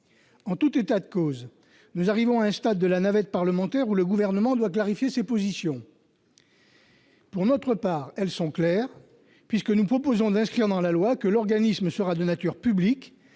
En tout état de cause, nous arrivons à un stade de la navette parlementaire où le Gouvernement doit clarifier ses intentions. Pour notre part, elles sont claires : nous proposons d'inscrire dans la loi que l'organisme sera de nature publique,